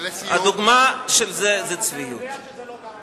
אבל אתה יודע שזה לא ככה,